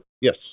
Yes